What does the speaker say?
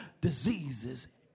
diseases